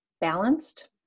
balanced